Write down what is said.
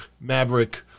Maverick